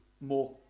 more